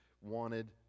wanted